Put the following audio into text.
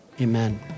Amen